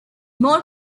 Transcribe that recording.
more